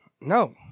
No